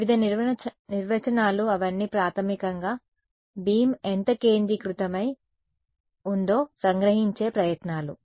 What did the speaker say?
వివిధ నిర్వచనాలు అవన్నీ ప్రాథమికంగా బీమ్ ఎంత కేంద్రీకృతమై ఉందో సంగ్రహించే ప్రయత్నాలు